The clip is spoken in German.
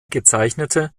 gezeichnete